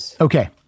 Okay